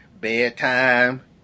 bedtime